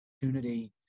opportunity